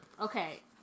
Okay